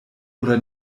oder